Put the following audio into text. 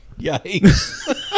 Yikes